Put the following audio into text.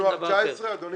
מינואר 2019, אדוני?